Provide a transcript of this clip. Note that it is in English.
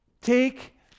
take